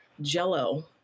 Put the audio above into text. Jello